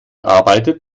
arbeitet